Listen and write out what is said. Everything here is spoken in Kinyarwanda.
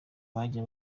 bajya